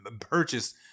purchase